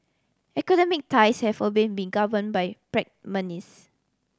economic ties have always been been govern by